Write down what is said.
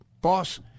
boss